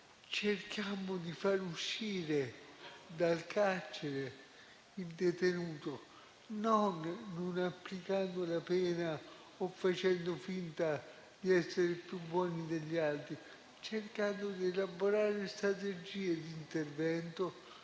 cerchiamo di far uscire dal carcere il detenuto non applicando la pena o facendo finta di essere più buoni degli altri, ma cerchiamo di elaborare strategie di intervento